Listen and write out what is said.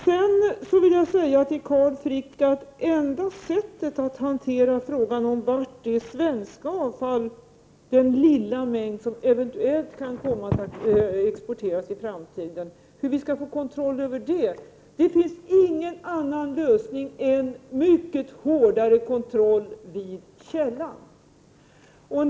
Jag vill vidare till Carl Frick säga att enda sättet att få kontroll över den lilla mängd svenskt avfall som eventuellt kan komma att exporteras i framtiden är en mycket hårdare kontroll vid källan.